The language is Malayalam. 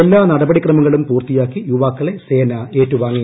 എല്ലാ നടപടി ക്രമങ്ങളും പൂർത്തിയാക്കി യുവാക്കളെ സേന ഏറ്റുവാങ്ങി